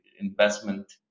investment